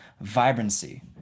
vibrancy